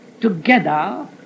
together